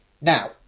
Now